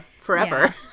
forever